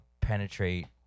penetrate